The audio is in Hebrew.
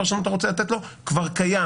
פרשנות אתה רוצה לתת לו כבר קיים.